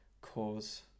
cause